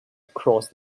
across